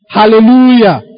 Hallelujah